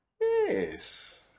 Yes